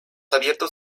abiertos